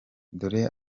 dore